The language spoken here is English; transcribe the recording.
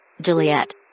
Juliet